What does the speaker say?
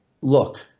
look